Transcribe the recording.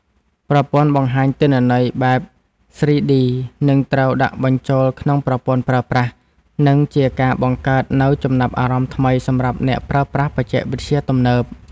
ប្រព័ន្ធបង្ហាញទិន្នន័យបែប ស្រ៊ី-ឌី នឹងត្រូវដាក់បញ្ចូលក្នុងប្រព័ន្ធប្រើប្រាស់ និង ជាការបង្កើតនូវចំណាប់អារម្មណ៍ថ្មីសម្រាប់អ្នកប្រើប្រាស់បច្ចេកវិទ្យាទំនើប។